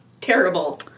Terrible